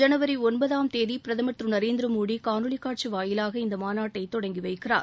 ஜனவரி ஒன்பதாம் தேதி பிரதமர் திரு நரேந்திர மோடி காணொளி காட்சி வாயிலாக இந்த மாநாட்டை தொடங்கி வைக்கிறார்